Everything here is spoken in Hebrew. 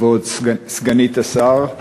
כבוד סגנית השר,